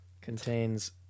contains